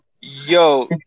Yo